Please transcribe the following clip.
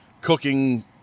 cooking